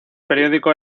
periódico